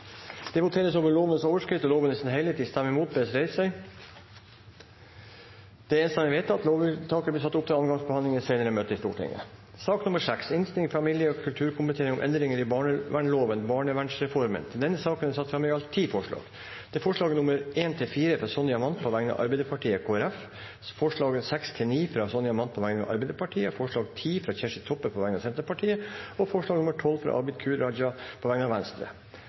Det voteres over § 3-2 første ledd, nytt annet punktum. Arbeiderpartiet og Kristelig Folkeparti har varslet at de subsidiært vil støtte innstillingen. Det voteres over lovens overskrift og loven i sin helhet. Lovvedtaket vil bli satt opp til annen gangs behandling i et senere møte i Stortinget. Under debatten er det satt fram i alt ti forslag. Det er forslagene nr. 1–4, fra Sonja Mandt på vegne av Arbeiderpartiet og Kristelig Folkeparti forslagene nr. 6–9, fra Sonja Mandt på vegne av Arbeiderpartiet forslag nr. 10, fra Kjersti Toppe på vegne av Senterpartiet forslag nr. 12, fra Abid Q. Raja på vegne av Venstre